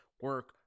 Work